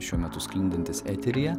šiuo metu sklindantis eteryje